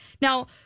now